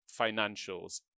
financials